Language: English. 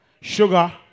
Sugar